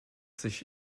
sich